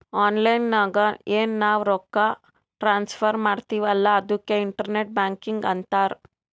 online ನಾಗ್ ಎನ್ ನಾವ್ ರೊಕ್ಕಾ ಟ್ರಾನ್ಸಫರ್ ಮಾಡ್ತಿವಿ ಅಲ್ಲಾ ಅದುಕ್ಕೆ ಇಂಟರ್ನೆಟ್ ಬ್ಯಾಂಕಿಂಗ್ ಅಂತಾರ್